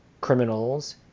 criminals